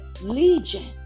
Legion